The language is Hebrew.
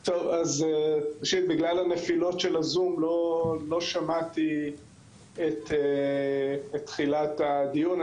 בגלל הנפילות של הזום לא שמעתי את תחילת הדיון.